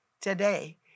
today